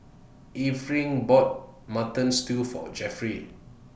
Erving bought Mutton Stew For Jeffry